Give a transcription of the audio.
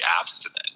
abstinent